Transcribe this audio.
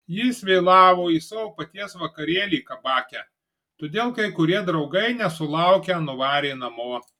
jis vėlavo į savo paties vakarėlį kabake todėl kai kurie draugai nesulaukę nuvarė namo